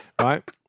right